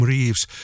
Reeves